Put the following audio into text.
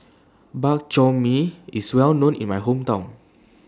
Bak Chor Mee IS Well known in My Hometown